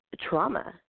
trauma